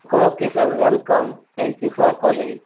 okay sir welcome thank you for calling